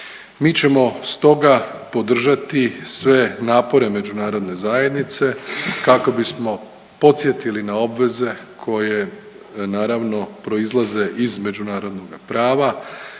Mi ćemo stoga podržati sve napore međunarodne zajednice kako bismo podsjetili na obveze koje naravno proizlaze iz međunarodnoga prava,